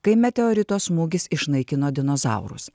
kai meteorito smūgis išnaikino dinozaurus